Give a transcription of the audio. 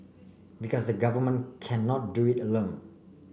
because government cannot do it alone